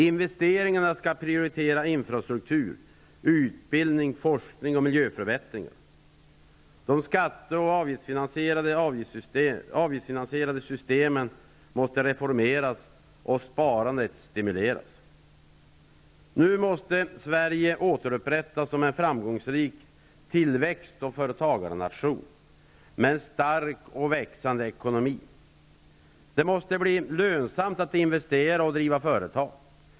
Investeringarna skall prioritera infrastruktur, utbildning, forskning och miljöförbättringar. De skatte och avgiftsfinanserierade systemen måste reformeras och sparandet stimuleras. Nu måste Sverige återupprättas som en framgångsrik tillväxt och företagarnation med en stark och växande ekonomi. Det måste bli lönsamt att investera och driva företag.